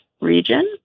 region